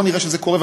בוא נראה שזה קורה,